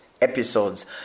episodes